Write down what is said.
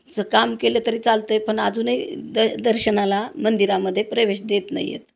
असं काम केलं तरी चालतं आहे पण अजूनही द दर्शनाला मंदिरामध्ये प्रवेश देत नाही आहेत